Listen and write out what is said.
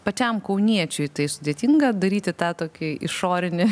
pačiam kauniečiui tai sudėtinga daryti tą tokį išorinį